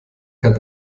hat